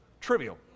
trivial